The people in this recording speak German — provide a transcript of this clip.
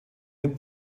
den